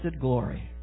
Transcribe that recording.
glory